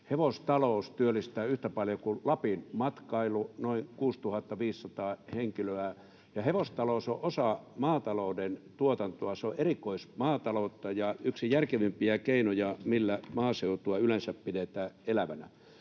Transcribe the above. Hevostalous työllistää yhtä paljon kuin Lapin matkailu, noin 6 500 henkilöä, ja hevostalous on osa maatalouden tuotantoa. Se on erikoismaataloutta ja yksi järkevimpiä keinoja, millä maaseutua yleensä pidetään elävänä.